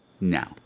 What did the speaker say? now